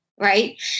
Right